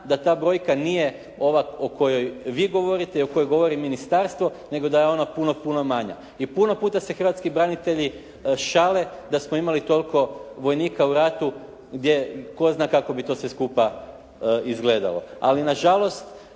da ta brojka nije ova o kojoj vi govorite, o kojoj govori ministarstvo nego da je ona puno, puno manja. I puno puta se hrvatski branitelji šale da smo imali toliko vojnika u ratu gdje, tko zna kako bi to sve skupa izgledalo. Ali nažalost